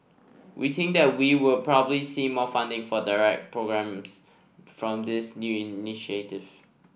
we think that we will probably see more funding for direct programmes from this new initiative